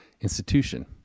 institution